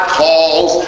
calls